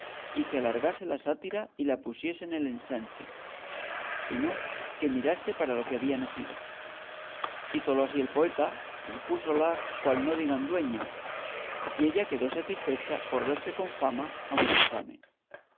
y que alargase la sátira y la pusiese en el ensanche si no que mirase para lo que había nacido hízolo así el poeta y púsola cual no digan dueñas y ella quedó satisfecha por verse con fama aunque infame